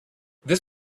this